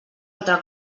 altre